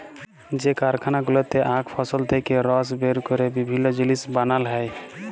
যে কারখালা গুলাতে আখ ফসল থেক্যে রস বের ক্যরে বিভিল্য জিলিস বানাল হ্যয়ে